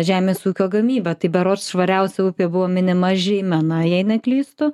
žemės ūkio gamyba tai berods švariausia upė buvo minima žeimena jei neklystu